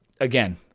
again